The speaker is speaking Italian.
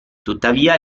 tuttavia